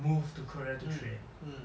move to korea to train